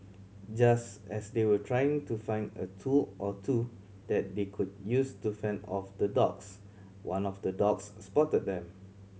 just as they were trying to find a tool or two that they could use to fend off the dogs one of the dogs spotted them